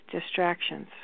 distractions